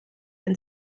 and